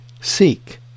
Seek